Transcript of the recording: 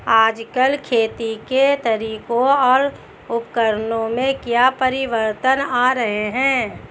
आजकल खेती के तरीकों और उपकरणों में क्या परिवर्तन आ रहें हैं?